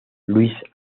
luis